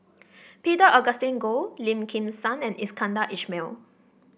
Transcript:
Peter Augustine Goh Lim Kim San and Iskandar Ismail